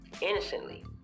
innocently